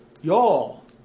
Y'all